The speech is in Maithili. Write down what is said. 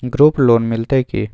ग्रुप लोन मिलतै की?